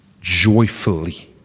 joyfully